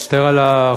אני מצטער על האי-הבנה.